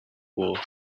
war